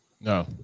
No